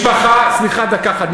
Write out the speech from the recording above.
אריה, סליחה, דקה אחת.